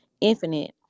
infinite